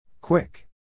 Quick